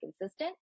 consistent